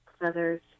Feathers